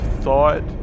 thought